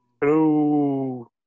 Hello